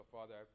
Father